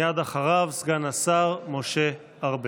מייד אחריו סגן השר משה ארבל.